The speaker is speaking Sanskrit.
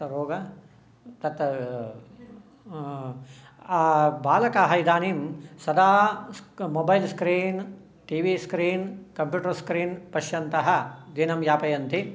रोग तत् बालकाः इदानीं सदा mobile screen TV screen computer screen पश्यन्तः दिनं यापयन्ति